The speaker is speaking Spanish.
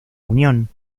unión